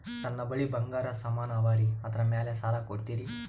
ನನ್ನ ಬಳಿ ಬಂಗಾರ ಸಾಮಾನ ಅವರಿ ಅದರ ಮ್ಯಾಲ ಸಾಲ ಕೊಡ್ತೀರಿ?